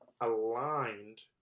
aligned